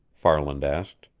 farland asked.